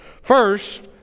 First